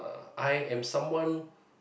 I am someone